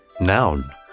noun